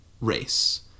race